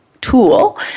tool